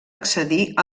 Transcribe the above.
accedir